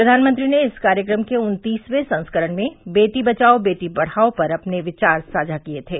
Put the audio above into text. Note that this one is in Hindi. प्रघानमंत्री ने अपने इस कार्यक्रम के उन्तीसर्वे संस्करण में बेटी बचाओ बेटी पढ़ाओ पहल पर अपने विचार साझा किए थे